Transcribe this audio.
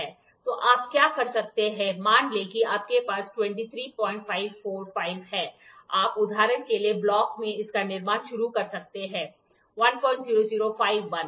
तो आप क्या कर सकते हैं मान लें कि आपके पास 23545 है आप उदाहरण के लिए ब्लॉक से इसका निर्माण शुरू कर सकते हैं 1005